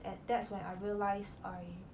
and that's when I realized I